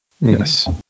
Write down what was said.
yes